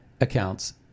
accounts